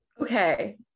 Okay